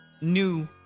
new